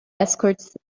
escorts